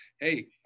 Hey